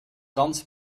ganz